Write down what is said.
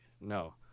no